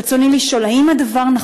ברצוני לשאול: 1. האם נכון הדבר?